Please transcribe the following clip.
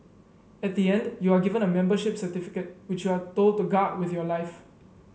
at the end you are given a membership certificate which you are told to guard with your life